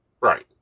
Right